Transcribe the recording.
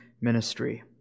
ministry